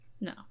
No